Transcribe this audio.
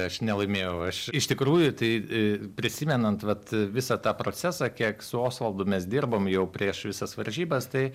aš nelaimėjau aš iš tikrųjų tai prisimenant vat visą tą procesą kiek su osvaldu mes dirbom jau prieš visas varžybas tai